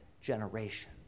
generation